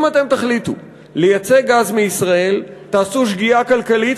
אם אתם תחליטו לייצא גז מישראל תעשו שגיאה כלכלית,